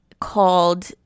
called